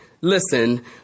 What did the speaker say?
Listen